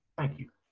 thank you.